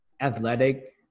athletic